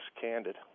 candid